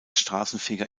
straßenfeger